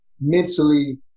mentally